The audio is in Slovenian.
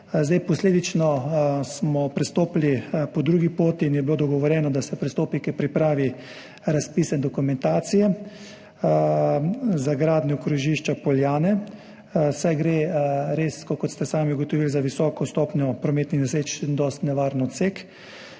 Posledično smo pristopili po drugi poti in je bilo dogovorjeno, da se pristopi k pripravi razpisne dokumentacije za gradnjo krožišča Poljane, saj gre res, tako kot ste sami ugotovili, za visoko stopnjo prometnih nesreč in dosti nevaren odsek.